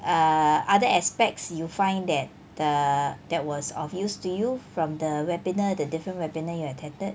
err other aspects you find that the that was of use to you from the webinar the different webinar you attended